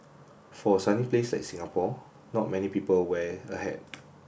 for a sunny place like Singapore not many people wear a hat